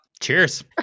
Cheers